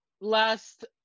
last